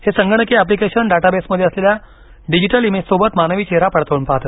हे संगणकीय एप्लिकेशन डाटाबेसमध्ये असलेल्या डिजिटल इमेजसोबत मानवी चेहरा पडताळून पाहते